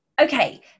Okay